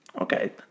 Okay